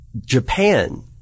Japan